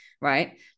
right